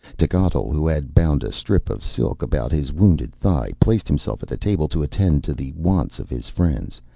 techotl, who had bound a strip of silk about his wounded thigh, placed himself at the table to attend to the wants of his friends,